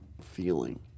feeling